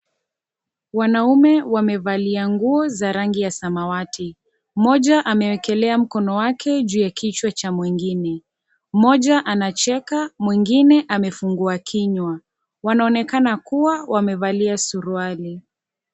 Wanaume wamevalia nguo za rangi ya samawati. Mmoja amewekelea mkono wake juu ya kichwa cha mwingine, mmoja anacheka, mwingine amefungua kinywa. Wanaonekana kuwa wamevalia suruali.